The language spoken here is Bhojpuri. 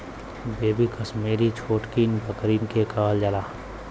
बेबी कसमीरी छोटकिन बकरियन के कहल जाला